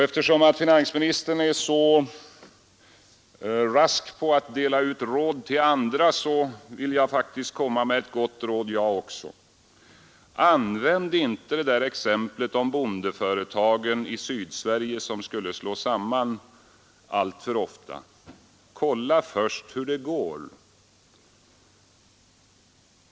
Eftersom herr finansministern är så rask när det gäller att dela ut råd till andra vill faktiskt jag också ge ett gott råd: Använd inte det där exemplet om bondeföretagen i Sydsverige, som skulle slås samman, alltför ofta. Kolla först hur det går.